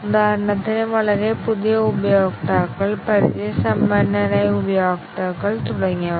ഉദാഹരണത്തിന് വളരെ പുതിയ ഉപയോക്താക്കൾ പരിചയസമ്പന്നരായ ഉപയോക്താക്കൾ തുടങ്ങിയവ